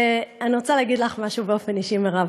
אני רוצה להגיד לך משהו באופן אישי, מירב.